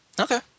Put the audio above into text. Okay